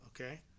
Okay